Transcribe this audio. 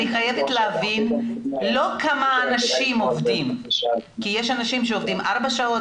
אני חייבת להבין לא כמה אנשים עובדים - כי יש אנשים שעובדים ארבע שעות,